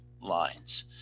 lines